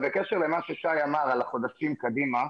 בקשר למה ששי אמר על החודשים קדימה.